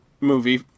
movie